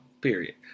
period